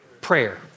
Prayer